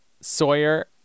Sawyer